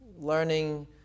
learning